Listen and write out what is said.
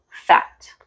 fat